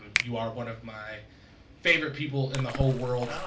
um you are one of my favorite people in the whole world ah